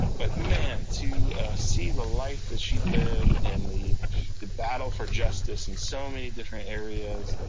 but man, to see the life that she lived and the the battle for justice in so many different areas